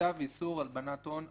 בצו איסור הלבנת הון החדש.